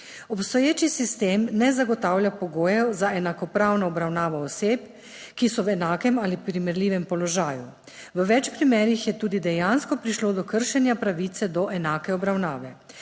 Obstoječi sistem ne zagotavlja pogojev za enakopravno obravnavo oseb, ki so v enakem ali primerljivem položaju, v več primerih je tudi dejansko prišlo do kršenja pravice do enake obravnave.